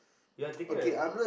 you're taking my